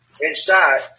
inside